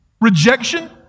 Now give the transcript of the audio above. Rejection